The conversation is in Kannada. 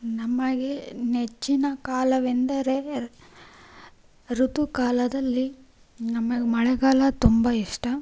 ನಮಗೆ ನೆಚ್ಚಿನ ಕಾಲವೆಂದರೆ ಋತುಕಾಲದಲ್ಲಿ ನಮಗೆ ಮಳೆಗಾಲ ತುಂಬ ಇಷ್ಟ